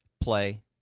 play